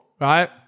right